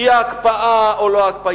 ההקפאה או לא-הקפאה,